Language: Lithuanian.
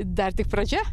dar tik pradžia